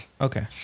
Okay